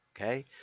okay